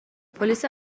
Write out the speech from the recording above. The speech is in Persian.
پلیس